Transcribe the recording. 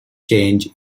change